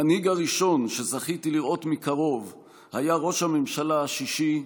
המנהיג הראשון שזכיתי לראות מקרוב היה ראש הממשלה השישי,